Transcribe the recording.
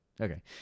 okay